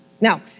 Now